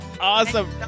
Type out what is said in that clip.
Awesome